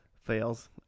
Fails